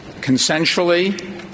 consensually